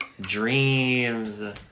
dreams